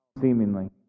seemingly